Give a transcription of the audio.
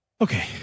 Okay